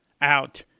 out